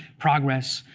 progress,